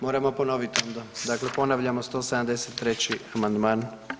Moramo ponoviti onda, dakle ponavljamo 173. amandman.